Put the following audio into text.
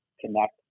connect